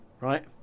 right